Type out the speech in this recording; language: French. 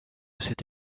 cette